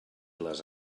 les